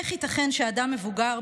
איך ייתכן שאדם מבוגר,